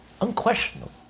unquestionable